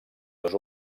dos